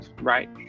right